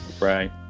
Right